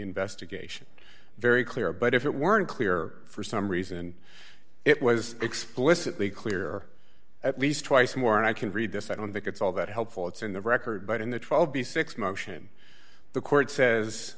investigation very clear but if it weren't clear for some reason it was explicitly clear at least twice more and i can read this i don't think it's all that helpful it's in the record but in the trial b six motion the court says